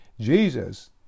Jesus